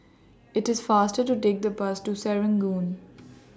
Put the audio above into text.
IT IS faster to Take The Bus to Serangoon